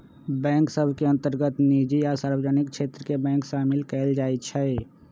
bank सभ के अंतर्गत निजी आ सार्वजनिक क्षेत्र के बैंक सामिल कयल जाइ छइ